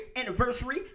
anniversary